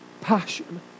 passion